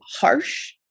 harsh